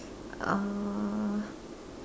uh